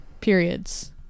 periods